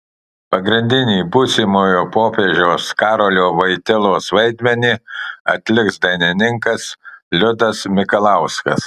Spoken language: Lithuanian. pagrindinį būsimojo popiežiaus karolio vojtylos vaidmenį atliks dainininkas liudas mikalauskas